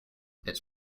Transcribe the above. its